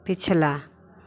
पिछला